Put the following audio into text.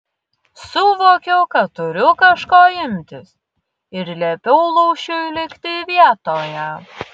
suvokiau kad turiu kažko imtis ir liepiau lūšiui likti vietoje